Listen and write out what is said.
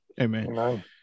Amen